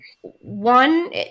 one